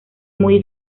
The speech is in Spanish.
muy